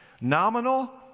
nominal